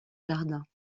jardins